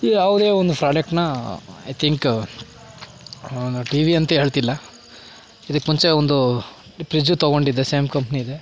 ಯಾವುದೇ ಒಂದು ಫ್ರೋಡಕ್ಟನ್ನ ಐ ತಿಂಕ್ ನಾ ಟಿ ವಿ ಅಂತ ಹೇಳ್ತಿಲ್ಲ ಇದಕ್ಕೆ ಮುಂಚೆ ಒಂದು ಪ್ರಿಜ್ಜು ತೊಗೊಂಡಿದ್ದೆ ಸೇಮ್ ಕಂಪ್ನಿದೇ